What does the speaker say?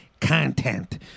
content